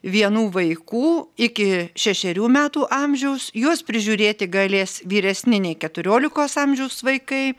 vienų vaikų iki šešerių metų amžiaus juos prižiūrėti galės vyresni nei keturiolikos amžiaus vaikai